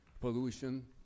Pollution